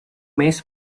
mes